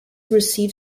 receive